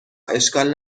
اشکال